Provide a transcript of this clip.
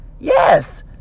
Yes